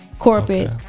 Corporate